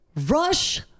Rush